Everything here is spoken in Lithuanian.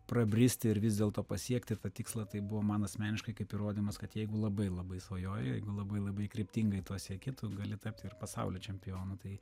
prabristi ir vis dėlto pasiekti tikslą tai buvo man asmeniškai kaip įrodymas kad jeigu labai labai svajoji jeigu labai labai kryptingai to sieki tu gali tapti ir pasaulio čempionu tai